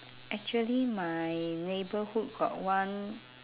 actually my neighbourhood got one